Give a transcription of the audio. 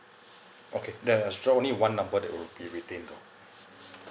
okay there's only one number that will be retained though